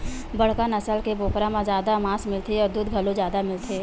बड़का नसल के बोकरा म जादा मांस मिलथे अउ दूद घलो जादा मिलथे